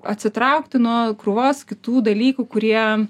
atsitraukti nuo krūvos kitų dalykų kurie